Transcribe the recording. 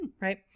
right